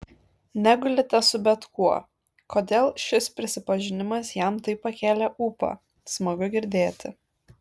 negulite su bet kuo kodėl šis prisipažinimas jam taip pakėlė ūpą smagu girdėti